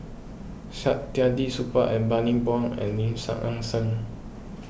Saktiandi Supaat and Bani Buang and Lim Nang Seng